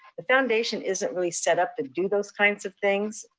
the foundation isn't really set up to do those kinds of things.